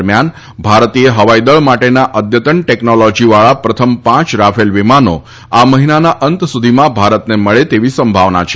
દરમિયાન ભારતીય હવાઈદળ માટેના અદ્યતન ટેકનોલોજીવાળા પ્રથમ પાંચ રાફેલ વિમાનો આ મહિનાના અંત સુધીમાં ભારતને મળે તેવી સંભાવના છે